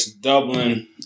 Dublin